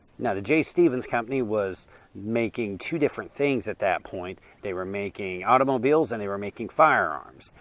now the j. stevens company was making two different things at that point. they were making automobiles and they were making firearms.